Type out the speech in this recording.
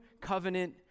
covenant